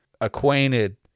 acquainted